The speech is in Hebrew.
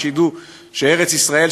שידעו שארץ-ישראל,